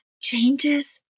changes